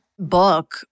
Book